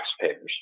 taxpayers